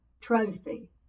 Trophy